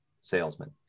salesman